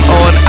on